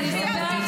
אל תפריע לי.